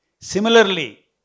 Similarly